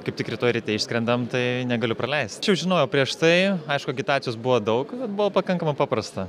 kaip tik rytoj ryte išskrendam tai negaliu praleisti aš jau žinojau prieš tai aišku agitacijos buvo daug bet buvo pakankamai paprasta